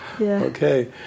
Okay